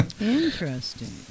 interesting